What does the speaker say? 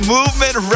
Movement